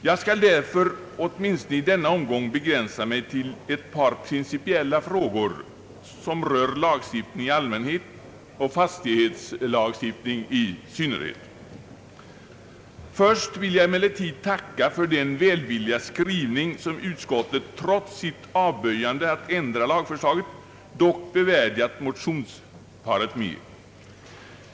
Jag skall därför åtminstone i denna omgång begränsa mig till ett par principiella frågor som rör lagstiftning i allmänhet och fastighetslagstiftning i synnerhet. Först vill jag emellertid tacka för den välvilliga skrivning som utskottet trots sitt avböjande att ändra lagförslaget dock bevärdigat motionsparet.